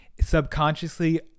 Subconsciously